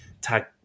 tag